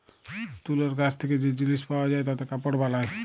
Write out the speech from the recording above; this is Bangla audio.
তুলর গাছ থেক্যে যে জিলিস পাওয়া যায় তাতে কাপড় বালায়